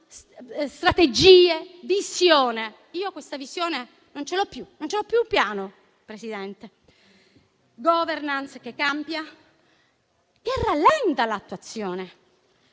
strategie e visione. Io questa visione non ce l'ho più, non ho più un piano, Presidente. *Governance* che cambia e rallenta l'attuazione.